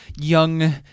young